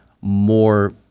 more